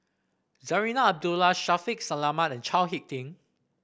Zarinah Abdullah Shaffiq Selamat and Chao HicK Tin